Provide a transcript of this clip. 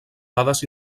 dades